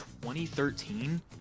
2013